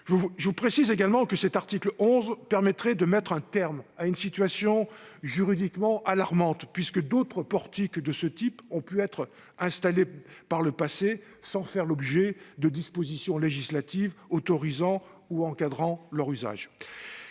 Je précise également que cet article 11 permettrait de mettre un terme à une situation juridiquement alarmante, puisque d'autres portiques de ce type ont pu être installés par le passé sans faire l'objet de dispositions législatives autorisant ou encadrant leur usage.